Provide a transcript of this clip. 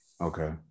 Okay